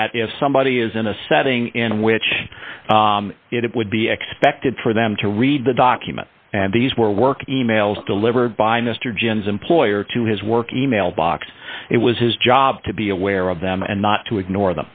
that if somebody is in a setting in which it would be expected for them to read the document and these were work e mails delivered by mr jens employer to his work e mail box it was his job to be aware of them and not to ignore